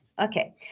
Okay